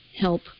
help